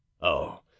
Oh